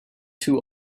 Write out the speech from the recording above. too